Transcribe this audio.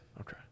Okay